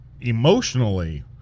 emotionally